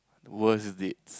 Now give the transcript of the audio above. worst date